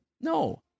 No